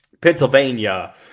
Pennsylvania